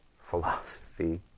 philosophy